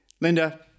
Linda